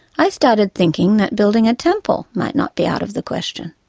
i started thinking that building a temple might not be out of the question.